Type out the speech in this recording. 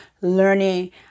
learning